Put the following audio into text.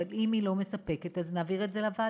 אבל אם היא לא מספקת נעביר את זה לוועדה.